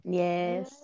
yes